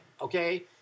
okay